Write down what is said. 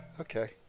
Okay